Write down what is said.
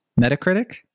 Metacritic